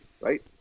right